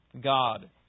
God